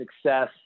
success